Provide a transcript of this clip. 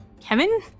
Kevin